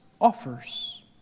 offers